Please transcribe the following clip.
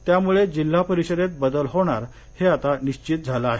त्यामुळे जिल्हा परिषदेत बदल होणार हे आता निश्वित झाले आहे